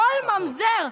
כל ממזר.